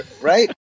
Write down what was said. right